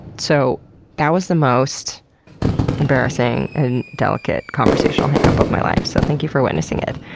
so that was the most embarrassing and delicate conversational hiccup of my life, so thank you for witnessing it.